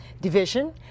division